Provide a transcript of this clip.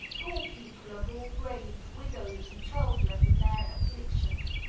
poor people of all grades, widows and childless in their affliction.